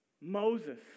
Moses